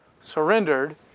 surrendered